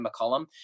McCollum